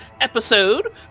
episode